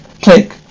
click